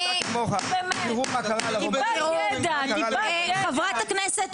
אני באמת ------ ללמוד אנגלית ומתמטיקה.